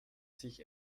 sich